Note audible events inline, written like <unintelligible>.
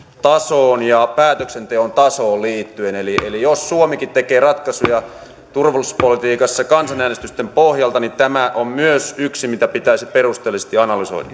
tasoon ja päätöksenteon tasoon liittyen eli eli jos suomikin tekee ratkaisuja turvallisuuspolitiikassa kansanäänestysten pohjalta niin tämä on myös yksi mitä pitäisi perusteellisesti analysoida <unintelligible>